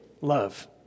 love